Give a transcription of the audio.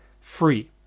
free